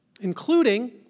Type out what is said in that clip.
including